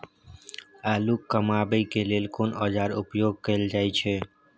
आलू कमाबै के लेल कोन औाजार उपयोग कैल जाय छै?